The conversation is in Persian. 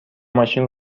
ماشین